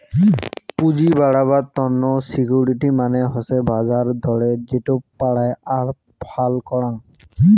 পুঁজি বাড়াবার তন্ন সিকিউরিটি মানে হসে বাজার দরে যেটো পারায় আর ফাল করাং